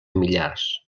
millars